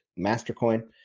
MasterCoin